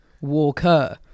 Walker